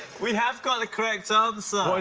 we have got a correct answer.